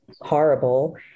horrible